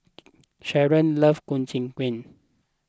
Cherryl loves Ku Chai Kuih